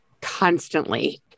constantly